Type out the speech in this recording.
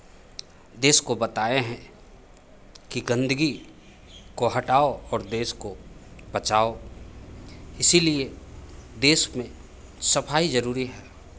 देश को बताए हैं कि गंदगी को हटाओ और देश को बचाओ इसीलिए देश में सफाई जरूरी है